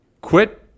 Quit